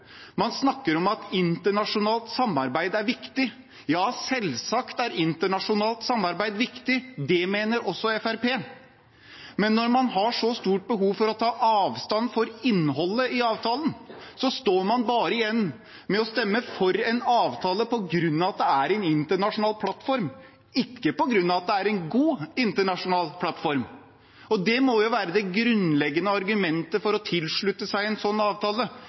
Man snakker om at internasjonalt samarbeid er viktig. Ja, selvsagt er internasjonalt samarbeid viktig. Det mener også Fremskrittspartiet. Men når man har så stort behov for å ta avstand fra innholdet i avtalen, står man bare igjen med å stemme for en avtale på grunn av at det er en internasjonal plattform, ikke på grunn av at det er en god internasjonal plattform. Det må jo være det grunnleggende argumentet for å tilslutte seg en sånn avtale